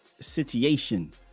situation